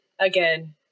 again